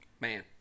Man